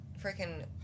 freaking